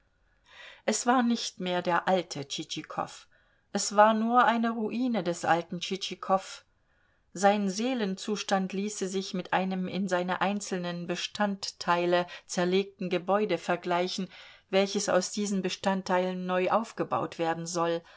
es war nicht mehr der alte tschitschikow es war nur eine ruine des alten tschitschikow sein seelenzustand ließe sich mit einem in seine einzelnen bestandteile zerlegten gebäude vergleichen welches aus diesen bestandteilen neu aufgebaut werden soll